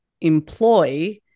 employ